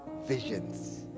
visions